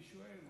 ואני שואל,